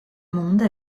monde